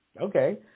okay